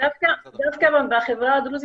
גם של הפיקוח הכולל,